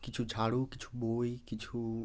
কিছু ঝাড়ু কিছু বই কিছু